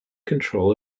control